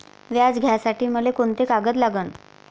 व्याज घ्यासाठी मले कोंते कागद लागन?